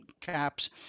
caps